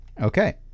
Okay